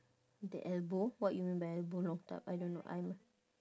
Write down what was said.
the elbow what you mean by elbow long type I don't know I'm